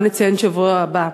וגם נציין בשבוע הבא,